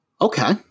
Okay